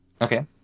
Okay